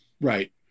Right